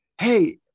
hey